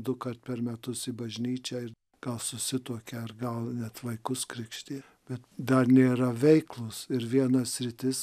dukart per metus į bažnyčią ir gal susituokia ar gal net vaikus krikštija bet dar nėra veiklos ir viena sritis